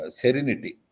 serenity –